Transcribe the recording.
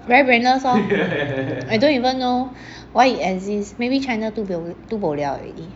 very brainless lor I don't even know why it exist maybe China too boliao already